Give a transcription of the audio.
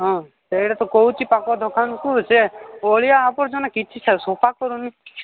ହଁ ସେଇଟା ତ କହୁଛି ପାଖ ଦୋକାନକୁ ସେ ଅଳିଆ ଆବର୍ଜନା କିଛି ସଫା କରୁନି